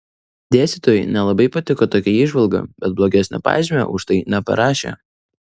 dėstytojai nelabai patiko tokia įžvalga bet blogesnio pažymio už tai neparašė